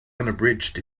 unabridged